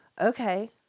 okay